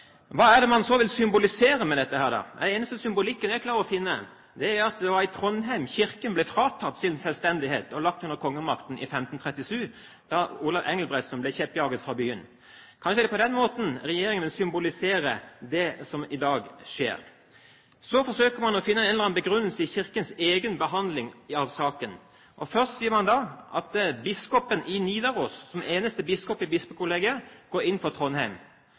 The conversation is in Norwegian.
Hva er det man så vil symbolisere med dette? Den eneste symbolikken jeg klarer å finne, er at det var i Trondheim Kirken ble fratatt sin selvstendighet og lagt under kongemakten, i 1537, da Olav Engelbrektsson ble kjeppjaget fra byen. Kanskje er det på den måten regjeringen vil symbolisere det som skjer i dag. Så forsøker man å finne en eller annen begrunnelse i Kirkens egen behandling av saken. Først sier man at biskopen i Nidaros går inn for Trondheim, som den eneste biskopen i bispekollegiet.